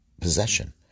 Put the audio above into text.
possession